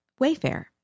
Wayfair